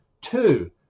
Two